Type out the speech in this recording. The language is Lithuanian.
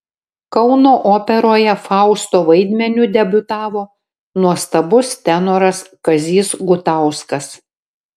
kauno operoje fausto vaidmeniu debiutavo nuostabus tenoras kazys gutauskas